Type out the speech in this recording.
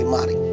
Mari